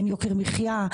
אין יוקר מחיה,